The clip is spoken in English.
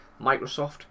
Microsoft